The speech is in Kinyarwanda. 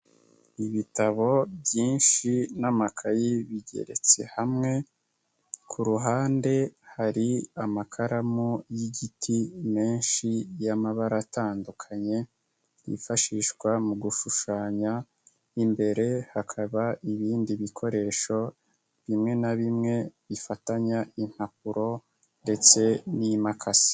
Ibitabo byinshi n'amakayi bigeretse hamwe, ku ruhande hari amakaramu y'igiti menshi y'amabara atandukanye, yifashishwa mu gushushanya, imbere hakaba ibindi bikoresho, bimwe na bimwe bifatanya impapuro ndetse n'imakasi.